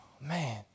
man